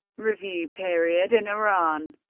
review period in iran